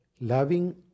Loving